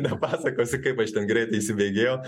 nepasakosiu kaip aš ten greitai įsibėgėjau